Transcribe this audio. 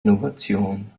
innovation